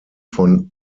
von